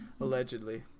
Allegedly